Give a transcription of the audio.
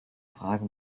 frage